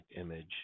image